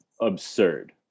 absurd